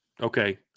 okay